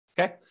Okay